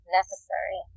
necessary